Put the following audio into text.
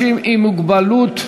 גברתי היושבת-ראש,